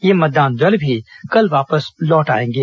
ये मतदान दल भी कल वापस लौट आएंगे